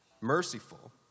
Merciful